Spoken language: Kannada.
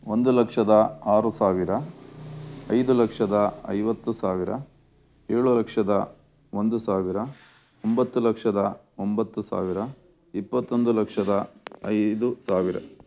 ಒಂದು ಲಕ್ಷದ ಆರು ಸಾವಿರ ಐದು ಲಕ್ಷದ ಐವತ್ತು ಸಾವಿರ ಏಳು ಲಕ್ಷದ ಒಂದು ಸಾವಿರ ಒಂಬತ್ತು ಲಕ್ಷದ ಒಂಬತ್ತು ಸಾವಿರ ಇಪ್ಪತ್ತೊಂದು ಲಕ್ಷದ ಐದು ಸಾವಿರ